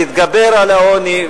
להתגבר על העוני,